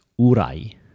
Urai